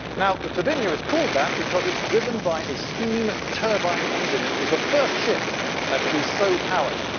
now, the turbinia is called that because it's driven by a steam turbine engine, and it was the first ship to be so powered.